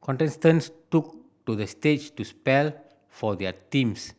contestants took to the stage to spell for their teams